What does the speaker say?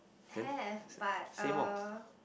have but uh